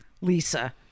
Lisa